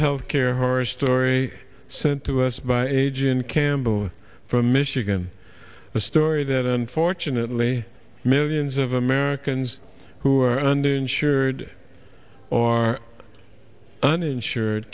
health care horror story sent to us by age in campbell from michigan a story that unfortunately millions of americans who are uninsured or uninsured